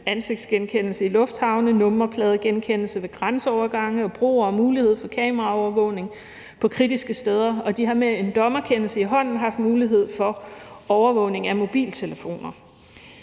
ansigtsgenkendelse i lufthavne, nummerpladegenkendelse ved grænseovergange og broer og mulighed for kameraovervågning på kritiske steder. Og de har med en dommerkendelse i hånden haft mulighed for overvågning af mobiltelefoner.